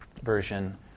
version